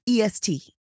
EST